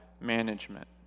management